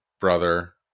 brother